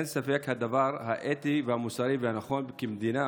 הדבר האתי והמוסרי והנכון כמדינה